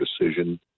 decision